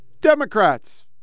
Democrats